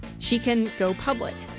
she can go public,